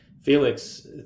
Felix